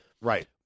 Right